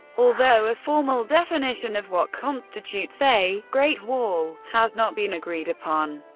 although a formal definition of what constitutes a great wall has not been agreed upon,